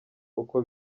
uko